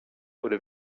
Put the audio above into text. oder